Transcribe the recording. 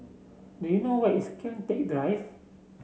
do you know where is Kian Teck Drive